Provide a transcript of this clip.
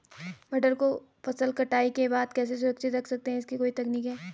मटर को फसल कटाई के बाद कैसे सुरक्षित रख सकते हैं इसकी कोई तकनीक है?